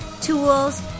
tools